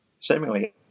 seemingly